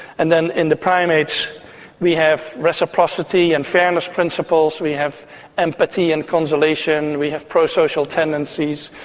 and then in the primates we have reciprocity and fairness principles, we have empathy and consolation, we have pro-social tendencies.